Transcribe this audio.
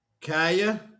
Kaya